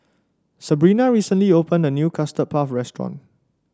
Sabrina recently opened a new Custard Puff Restaurant